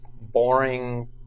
boring